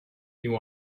you